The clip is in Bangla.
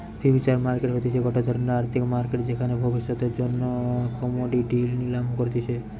ফিউচার মার্কেট হতিছে গটে ধরণের আর্থিক মার্কেট যেখানে ভবিষ্যতের জন্য কোমোডিটি নিলাম করতিছে